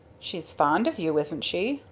she's fond of you, isn't she?